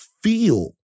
feel